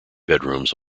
bedrooms